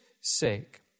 sake